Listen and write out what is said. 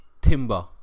timber